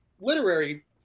literary